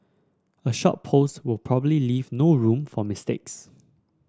a short post will probably leave no room for mistakes